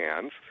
hands